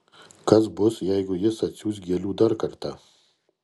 kas bus jeigu jis atsiųs gėlių dar kartą